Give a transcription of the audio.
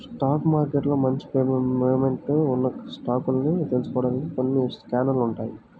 stock మార్కెట్లో మంచి momentum ఉన్న స్టాకుల్ని తెలుసుకోడానికి కొన్ని స్కానర్లు ఉంటాయ్